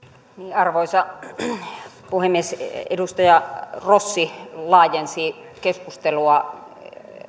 arvoisa puhemies edustaja rossi laajensi keskustelua